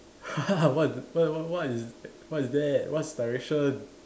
what what what what is what is that what's direction